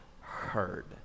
heard